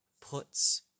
puts